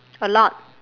a lot